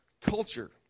Culture